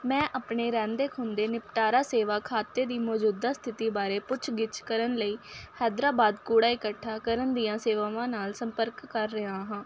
ਮੈਂ ਆਪਣੇ ਰਹਿੰਦੇ ਹੁੰਦੇ ਨਿਪਟਾਰਾ ਸੇਵਾ ਖਾਤੇ ਦੀ ਮੌਜੂਦਾ ਸਥਿਤੀ ਬਾਰੇ ਪੁੱਛ ਗਿੱਛ ਕਰਨ ਲਈ ਹੈਦਰਾਬਾਦ ਕੂੜਾ ਇਕੱਠਾ ਕਰਨ ਦੀਆਂ ਸੇਵਾਵਾਂ ਨਾਲ ਸੰਪਰਕ ਕਰ ਰਿਹਾ ਹਾਂ